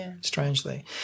strangely